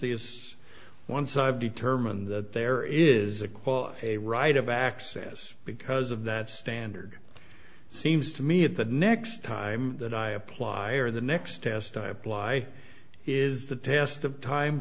the is once i've determined that there is a quote a right of access because of that standard seems to me at the next time that i apply or the next test i apply is the test of time